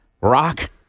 rock